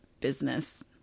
business